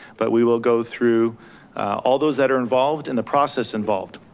but we will go through all those that are involved and the process involved.